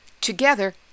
Together